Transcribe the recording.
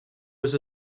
was